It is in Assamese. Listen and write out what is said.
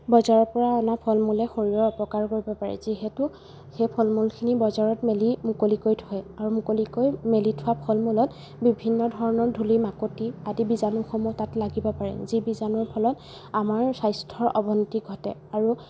বজাৰৰ পৰা অনা ফল মূলে শৰীৰৰ অপকাৰ কৰিব পাৰে যিহেতু সেই ফল মূলখিনি বজাৰত মেলি মুকলিকৈ থয় আৰু মুকলিকৈ মেলি থোৱা ফল মূলত বিভিন্ন ধৰণৰ ধূলি মাকতি আদি বীজাণুসমূহ তাত লাগিব পাৰে যি বীজাণুৰ ফলত আমাৰ স্বাস্থ্যৰ অৱনতি ঘটে আৰু